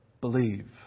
believe